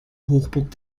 hochburg